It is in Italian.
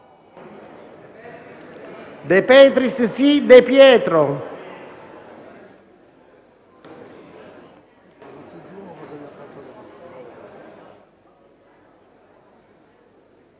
De Petris, De Pietro,